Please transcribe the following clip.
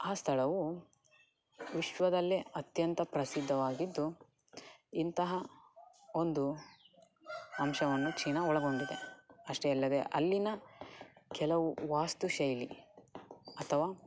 ಆ ಸ್ಥಳವು ವಿಶ್ವದಲ್ಲೇ ಅತ್ಯಂತ ಪ್ರಸಿದ್ದವಾಗಿದ್ದುಇಂತಹ ಒಂದು ಅಂಶವನ್ನು ಚೀನಾ ಒಳಗೊಂಡಿದೆ ಅಷ್ಟೇ ಅಲ್ಲದೆ ಅಲ್ಲಿಯ ಕೆಲವು ವಾಸ್ತು ಶೈಲಿ ಅಥವಾ